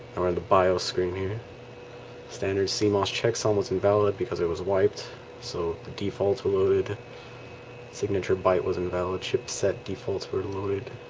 around the bios screen here standard cmos checksum was invalid because it was wiped so the defaults were loaded signature byte was invalid chip set defaults were loaded,